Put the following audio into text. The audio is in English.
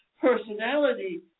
personality